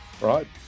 right